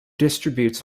distributes